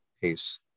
pace